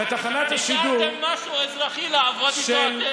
השארתם משהו אזרחי לעבוד איתו,